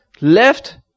left